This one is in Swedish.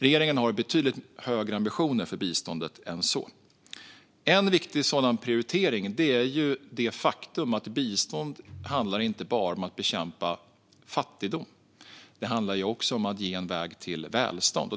Regeringen har betydligt högre ambitioner för biståndet än så. En viktig sådan prioritering är det faktum att bistånd inte bara handlar om att bekämpa fattigdom. Det handlar också om att ge en väg till välstånd.